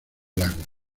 lagos